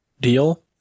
deal